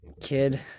Kid